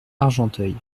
argenteuil